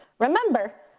remember,